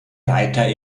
reiter